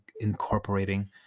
incorporating